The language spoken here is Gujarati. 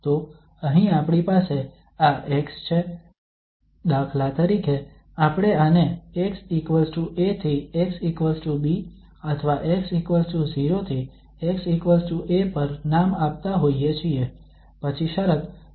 તો અહીં આપણી પાસે આ x છે દાખલા તરીકે આપણે આને xa થી xb અથવા x0 થી xa પર નામ આપતા હોઈએ છીએ